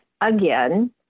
again